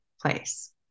place